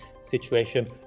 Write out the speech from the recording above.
situation